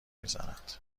میزند